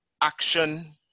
action